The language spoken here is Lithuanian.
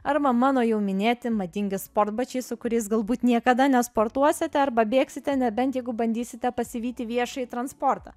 arba mano jau minėti madingi sportbačiai su kuriais galbūt niekada nesportuosite arba bėgsite nebent jeigu bandysite pasivyti viešąjį transportą